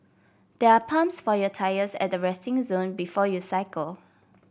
there are pumps for your tyres at the resting zone before you cycle